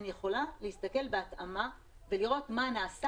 אני יכולה להסתכל בהתאמה ולראות מה נעשה